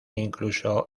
incluso